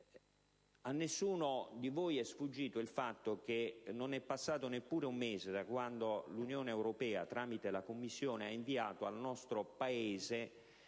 A nessuno di voi immagino sia sfuggito il fatto che non è passato neppure un mese da quando l'Unione europea, tramite la Commissione, ha inviato al nostro Paese